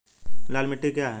लाल मिट्टी क्या है?